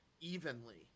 evenly